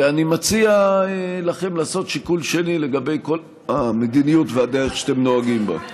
ואני מציע לכם לעשות שיקול שני לגבי כל המדיניות והדרך שאתם נוהגים בה.